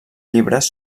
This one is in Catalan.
llibres